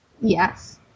Yes